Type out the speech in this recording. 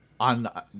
On